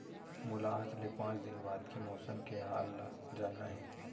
मोला आज ले पाँच दिन बाद के मौसम के हाल ल जानना हे?